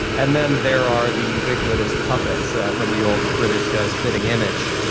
and then there are the ubiquitous puppets from the old british show spitting image,